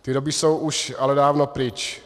Ty doby jsou už ale dávno pryč.